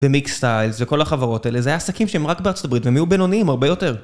במיקס סטיילס וכל החברות האלה, זה היה עסקים שהם רק בארצות הברית והם היו בינוניים הרבה יותר.